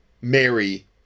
mary